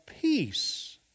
peace